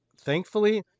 thankfully